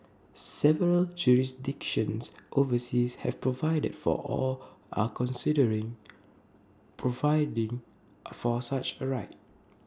several jurisdictions overseas have provided for or are considering providing for such A right